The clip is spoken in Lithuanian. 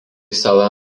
sala